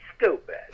stupid